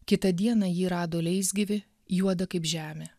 kitą dieną ji rado leisgyvį juodą kaip žemė